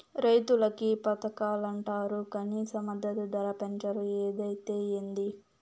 రైతులకి పథకాలంటరు కనీస మద్దతు ధర పెంచరు ఏదైతే ఏంది